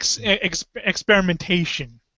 experimentation